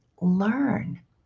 learn